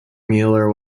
muller